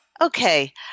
Okay